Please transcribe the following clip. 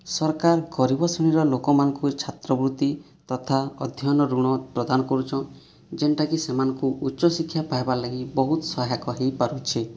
ସରକାର୍ ଗରିବ ଶ୍ରେଣୀର ଲୋକମାନଙ୍କୁ ଛାତ୍ର ବୃତ୍ତି ତଥା ଅଧ୍ୟୟନ ଋଣ ପ୍ରଦାନ କରୁଚନ୍ ଯେନ୍ଟାକି ସେମାନଙ୍କୁ ଉଚ୍ଚ ଶିକ୍ଷା ପାଇବାର୍ ଲାଗି ବହୁତ ସହାୟକ ହେଇପାରୁଛେ